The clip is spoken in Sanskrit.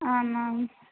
आम् आं